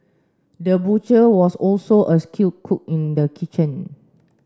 the butcher was also a skilled cook in the kitchen